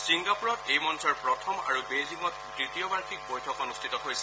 চিংগাপুৰত এই মঞ্চৰ প্ৰথম আৰু বেইজিঙত দ্বিতীয় বাৰ্ষিক বৈঠক অনুষ্ঠিত হৈছিল